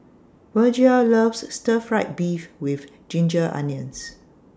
Virgia loves Stir Fried Beef with Ginger Onions